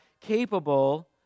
capable